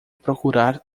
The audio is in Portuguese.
procurar